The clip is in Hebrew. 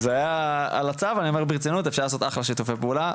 אז אני אומר ברצינות אפשר לעשות אחלה שיתופי פעולה,